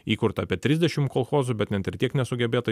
įkurta apie trisdešim kolchozų bet net ir tiek nesugebėta